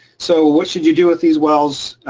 so what should you do with these wells?